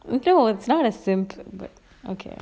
it not as simple but okay